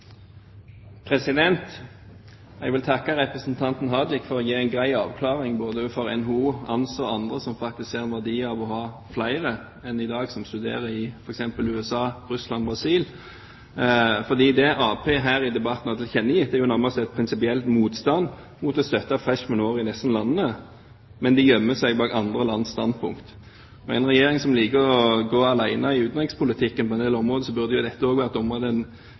vil takke representanten Tajik for å gi en grei avklaring både overfor NHO, ANSA og andre som faktisk ser en verdi av å ha flere enn i dag som studerer i f.eks. USA, Russland og Brasil, for det Arbeiderpartiet her i debatten har tilkjennegitt, er jo nærmest en prinsipiell motstand mot å støtte freshman-året i disse landene, men de gjemmer seg bak andre lands standpunkt. Men for en regjering som liker å gå alene i utenrikspolitikken på en del områder, burde jo dette også vært et område